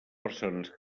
persones